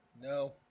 No